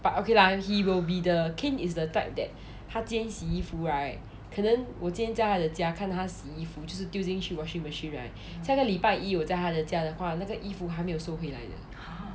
but okay lah he will be the kain is the type that 他今天洗衣服 right 可能我今天在他的家看他洗衣服就是丢进去那个 washing machine right 下个礼拜一我在他的家的话那个衣服还没有收回来的